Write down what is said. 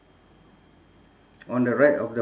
on the right of the